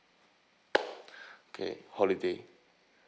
okay holiday